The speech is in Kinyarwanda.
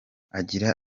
agira